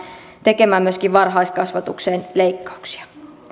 tekemään myöskin varhaiskasvatukseen leikkauksia